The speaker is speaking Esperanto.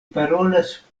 parolas